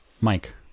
Mike